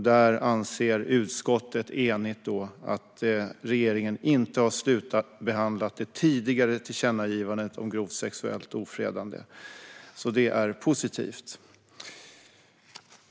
Där anser ett enigt utskott att regeringen inte har slutbehandlat det tidigare tillkännagivandet om grovt sexuellt ofredande. Det är positivt.